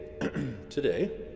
today